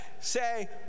say